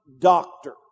doctor